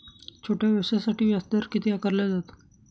छोट्या व्यवसायासाठी व्याजदर किती आकारला जातो?